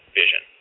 vision